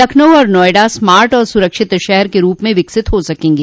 लखनऊ और नोएडा स्मार्ट और सुरक्षित शहर के रूप में विकसित हो सकेंगे